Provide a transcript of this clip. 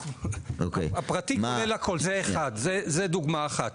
הפרטי כולל הכול, זאת דוגמה אחת.